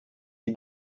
die